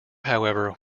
however